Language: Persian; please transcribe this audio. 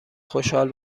خوشحال